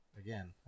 again